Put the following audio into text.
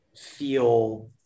feel